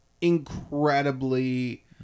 incredibly